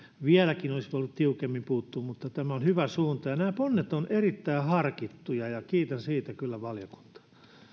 olisi voinut vieläkin tiukemmin puuttua mutta tämä on hyvä suunta ja nämä ponnet ovat erittäin harkittuja ja kiitän siitä kyllä valiokuntaa